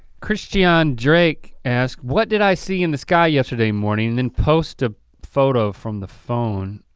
kristian drake asks, what did i see in the sky yesterday morning? then posts a photo from the phone.